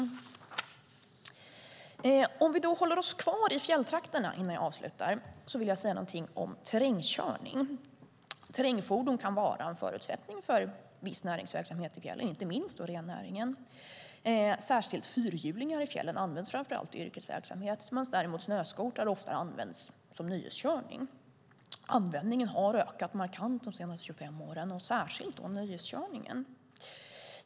Om vi innan jag avslutar håller oss kvar i fjälltrakterna vill jag säga någonting om terrängkörning. Terrängfordon kan vara en förutsättning för viss näringsverksamhet i fjällen och då inte minst rennäringen. Särskilt fyrhjulingar i fjällen används framför allt i yrkesverksamhet medan däremot snöskotrar ofta används vid nöjesskörning. Användningen har ökat markant de senaste 25 åren, och då särskilt nöjeskörningen.